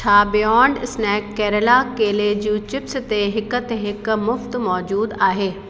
छा Beyond Snack Kerala केले जूंचिप्स ते हिक ते हिक मुफ़्त मौजूद आहे